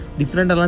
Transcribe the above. different